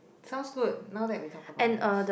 sounds good not that we talk about this